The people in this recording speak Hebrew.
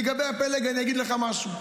לגבי הפלג, אני אגיד לך משהו: